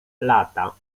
lata